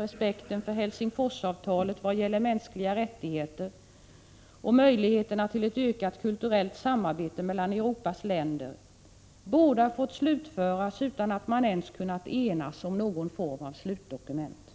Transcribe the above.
respekten för Helsingforsavtalet vad gäller de mänskliga rättigheterna, dels möjligheterna till ett ökat kulturellt samarbete mellan Europas länder båda fått slutföras utan att man ens kunnat enas om någon form av slutdokument.